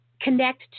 connect